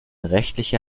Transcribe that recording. rechtliche